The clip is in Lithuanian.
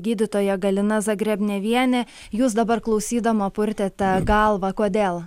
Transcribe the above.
gydytoja galina zagrebnevienė jūs dabar klausydama purtėte galvą kodėl